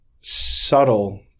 subtle